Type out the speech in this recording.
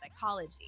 psychology